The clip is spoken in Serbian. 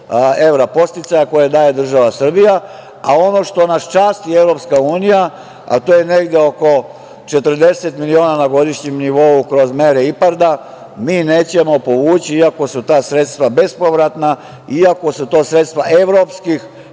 mera podsticaja koje daje država Srbija, a ono što nas časti EU, a to je negde oko 40 miliona na godišnjem nivou, kroz mere IPARD-a, mi nećemo povući, iako su ta sredstva bespovratna, iako su to sredstava evropskih